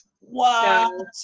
Wow